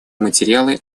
материалы